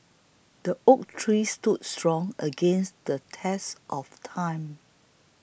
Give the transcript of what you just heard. the oak tree stood strong against the test of time